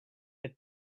with